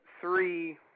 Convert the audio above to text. three